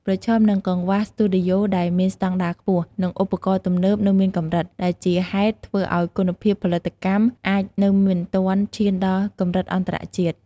ប្រឈមនឹងកង្វះ ស្ទូឌីយោដែលមានស្តង់ដារខ្ពស់ និងឧបករណ៍ទំនើបនៅមានកម្រិត ដែលជាហេតុធ្វើឱ្យគុណភាពផលិតកម្មអាចនៅមិនទាន់ឈានដល់កម្រិតអន្តរជាតិ។